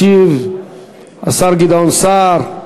ישיב השר גדעון סער.